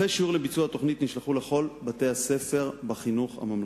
מערכי שיעור לביצוע התוכנית נשלחו לכל בתי-הספר בחינוך הממלכתי.